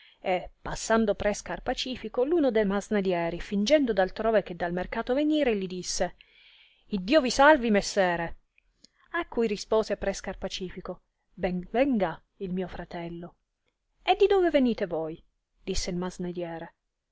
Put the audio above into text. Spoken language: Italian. e passando pre scarpacifico uno de masnadieri fingendo d altrove che dal mercato venire gli disse iddio vi salvi messere a cui rispose pre scarpacifico ben venga il mio fratello e di dove venete voi disse il masnadiere